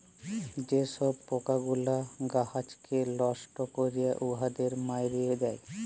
যে ছব পকাগুলা গাহাচকে লষ্ট ক্যরে উয়াদের মাইরে দেয়